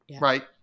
right